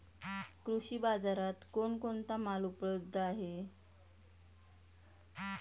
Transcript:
कृषी बाजारात कोण कोणता माल उपलब्ध आहे?